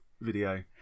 video